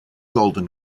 golden